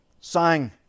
sang